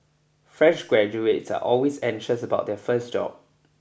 fresh graduates are always anxious about their first job